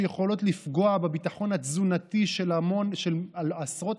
שיכולות לפגוע בביטחון התזונתי של עשרות